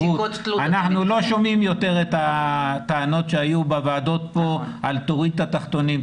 אנחנו לא שומעים יותר את הטענות היו כאן בוועדות על תוריד את התחתונים,